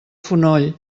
fonoll